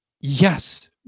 Yes